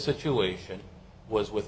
situation was with